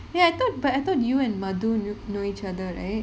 eh I thought but I thought you and mathu kn~ know each other right